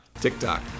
TikTok